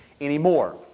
anymore